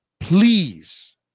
Please